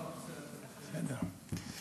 לא, בסדר.